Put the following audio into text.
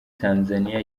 tanzania